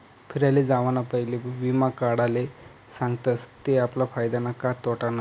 फिराले जावाना पयले वीमा काढाले सांगतस ते आपला फायदानं का तोटानं